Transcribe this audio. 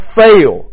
fail